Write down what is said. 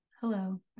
Hello